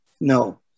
No